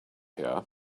here